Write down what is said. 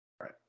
right